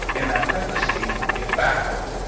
in that parentheses is back order.